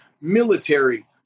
military